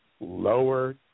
Lower